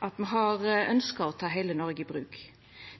at me har ønskt å ta heile Noreg i bruk.